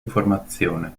informazione